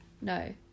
No